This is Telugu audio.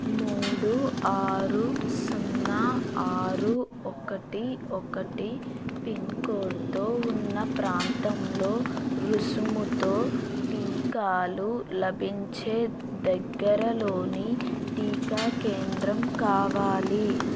మూడు ఆరు సున్నా ఆరు ఒకటి ఒకటి పిన్ కోడ్ తో ఉన్న ప్రాంతంలో రుసుముతో టీకాలు లభించే దగ్గరలోని టీకా కేంద్రం కావాలి